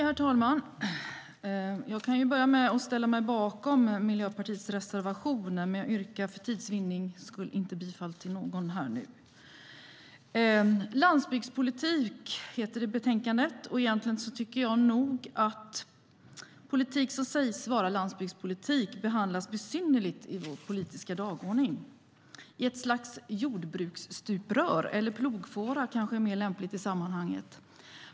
Herr talman! Jag kan börja med att ställa mig bakom Miljöpartiets reservationer. Jag yrkar för tids vinning nu inte bifall till någon här. Betänkandet heter Landsbygdspolitik m.m . Jag tycker nog att politik som sägs vara landsbygdspolitik behandlas besynnerligt i vår politiska dagordning. Det är ett slags jordbruksstuprör, eller kanske plogfåra är mer lämpligt i sammanhanget.